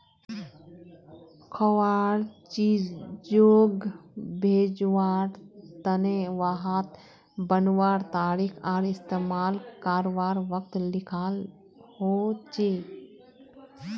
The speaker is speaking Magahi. खवार चीजोग भेज्वार तने वहात बनवार तारीख आर इस्तेमाल कारवार वक़्त लिखाल होचे